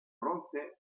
bronce